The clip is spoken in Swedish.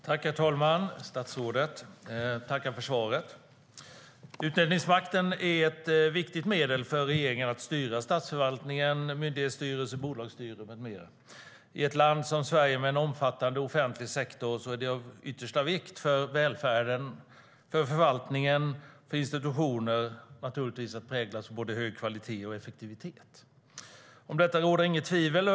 Herr talman! Jag tackar för svaret, statsrådet. Utnämningsmakten är ett viktigt medel för regeringen att styra statsförvaltningen, myndighetsstyrelse, bolagsstyrelse med mera. I ett land som Sverige med en omfattande offentlig sektor är det av yttersta vikt för välfärden, för förvaltningen och för institutioner att de präglas av både hög kvalitet och effektivitet. Om detta råder inget tvivel.